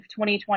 2020